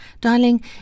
Darling